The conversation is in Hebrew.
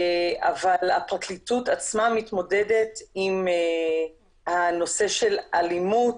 אבל הפרקליטות עצמה מתמודדת עם הנושא של אלימות,